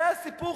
זה הסיפור,